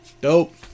dope